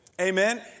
Amen